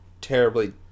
terribly